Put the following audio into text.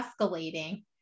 escalating